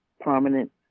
prominent